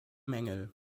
mängel